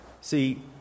See